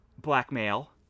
Blackmail